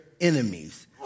enemies